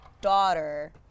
daughter